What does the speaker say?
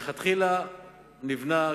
מלכתחילה נבנה,